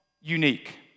unique